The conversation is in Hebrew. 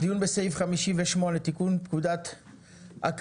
התשפ"א-2021, דיון בסעיף 58, תיקון פקודת הקרקעות.